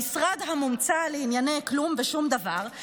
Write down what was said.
המשרד המומצא לענייני כלום ושום דבר,